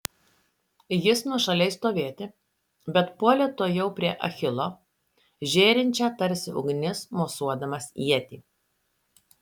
jis nuošaliai stovėti bet puolė tuojau prie achilo žėrinčią tarsi ugnis mosuodamas ietį